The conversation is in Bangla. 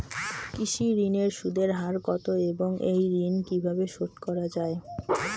কৃষি ঋণের সুদের হার কত এবং এই ঋণ কীভাবে শোধ করা য়ায়?